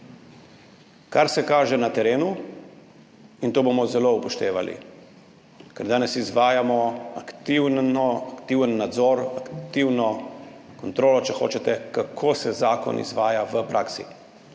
kar se kaže na terenu, in to bomo zelo upoštevali, ker danes izvajamo aktiven nadzor, aktivno kontrolo, če hočete, kako se zakon izvaja v praksi.